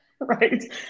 Right